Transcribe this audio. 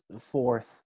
fourth